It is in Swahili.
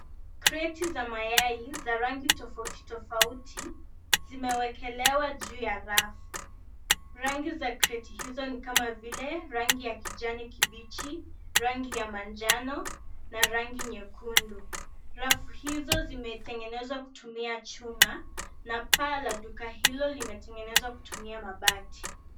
Kreti za mayai za rangi tofauti tofauti, zimewekelewa juu ya rafu. Rangi za kreti hizo ni kama vile, rangi ya kijani kibichi, rangi ya manjano na rangi nyekundu. Rafu hizo zimetengenezwa kutumia chuma na paa la duka hilo limetengenezwa kutumia mabati.